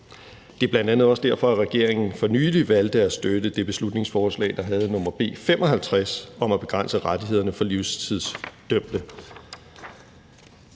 Det er bl.a. også derfor, at regeringen for nylig valgte at støtte det beslutningsforslag, der har nr. B 55, om at begrænse rettighederne for livstidsdømte.